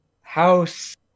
house